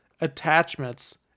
attachments